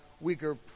weaker